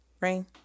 rain